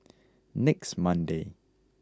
next Monday